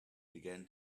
began